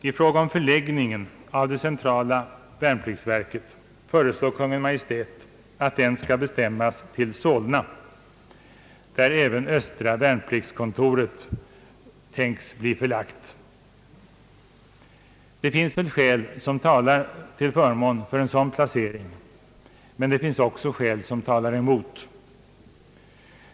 I fråga om förläggning en av det centrala värnpliktsverket föreslår Kungl. Maj:t att den skall bestämmas till Solna, där även östra värnpliktskontoret är tänkt bli förlagt. Det finns väl skäl som talar till förmån för en sådan placering, men det finns också skäl som talar emot.